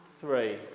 three